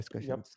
Yes